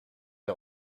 est